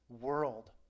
world